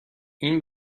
این